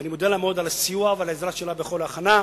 ואני מודה לה מאוד על הסיוע ועל העזרה שלה בכל ההכנה.